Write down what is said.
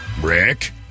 Rick